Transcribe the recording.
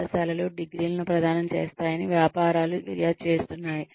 పాఠశాలలు డిగ్రీలను ప్రదానం చేస్తాయని వ్యాపారాలు ఫిర్యాదు చేస్తున్నాయి